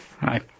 Hi